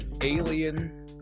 alien